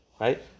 right